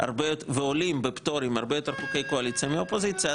שמאושרים ועולים בפטורים הרבה יותר חוקי קואליציה מחוקי אופוזיציה.